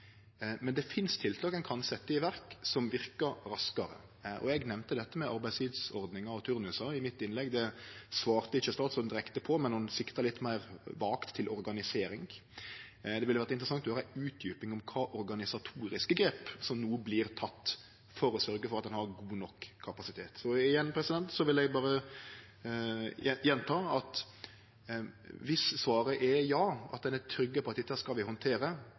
Det finst likevel tiltak ein kan setje i verk som verkar raskare. Eg nemnde dette med arbeidstidsordningar og turnusar i innlegget mitt. Det svarte ikkje statsråden direkte på, men ho sikta litt meir vagt til organisering. Det ville vore interessant å høyre ei utdjuping om kva organisatoriske grep som no vert tekne for å sørgje for at ein har god nok kapasitet. Igjen vil eg berre gjenta at viss svaret er ja, at ein er trygg på at dette skal vi handtere,